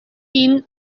این